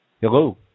Hello